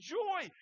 joy